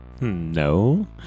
No